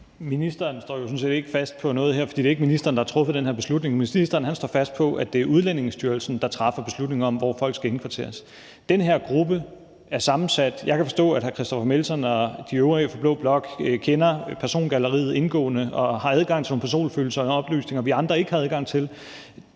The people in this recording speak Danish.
jo sådan set ikke fast på noget her, for det er ikke ministeren, der har truffet den her beslutning. Ministeren står fast på, at det er Udlændingestyrelsen, der træffer beslutningen om, hvor folk skal indkvarteres. Den her gruppe er sammensat. Jeg kan forstå, at hr. Christoffer Aagaard Melson og de øvrige fra blå blok kender persongalleriet indgående og har adgang til nogle personfølsomme oplysninger, vi andre ikke har adgang til.